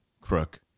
Crook